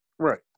Right